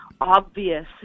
obvious